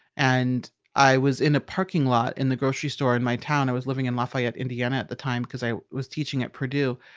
and i was in a parking lot in the grocery store in my town. i was living in lafayette, indiana at the time because i was teaching at purdue.